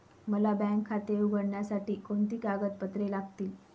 मला बँक खाते उघडण्यासाठी कोणती कागदपत्रे लागतील?